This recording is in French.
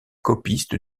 copiste